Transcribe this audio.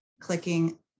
clicking